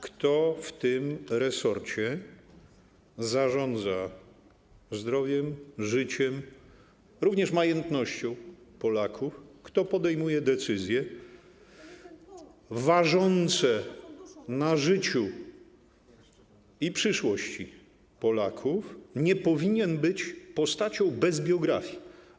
Kto w tym resorcie zarządza zdrowiem, życiem, również majętnością Polaków, kto podejmuje decyzje ważące na życiu i przyszłości Polaków, nie powinien być postacią bez biografii.